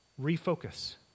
refocus